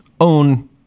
own